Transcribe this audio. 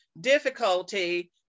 difficulty